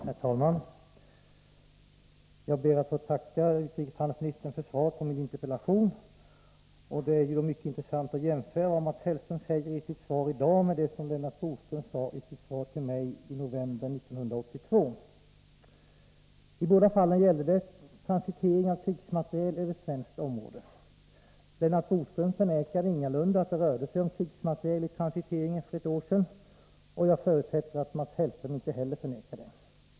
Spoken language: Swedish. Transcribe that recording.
Herr talman! Jag ber att få tacka utrikesministern för svaret på min interpellation. Det är mycket intressant att jämföra vad Mats Hellström säger i sitt svar i dag med det som Lennart Bodström sade i sitt svar till mig i november 1982. I båda fallen gällde det transitering av krigsmateriel över svenskt område. Lennart Bodström förnekade ingalunda att det rörde sig om krigsmateriel i transiteringen för ett år sedan, och jag förutsätter att Mats Hellström inte heller förnekar det.